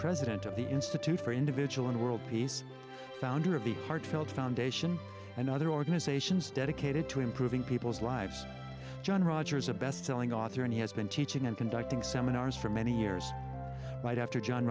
president of the institute for individual and world peace founder of the heartfelt foundation and other organizations dedicated to improving people's lives john rogers a bestselling author and he has been teaching and conducting seminars for many years but after john